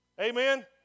Amen